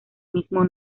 mismo